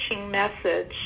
message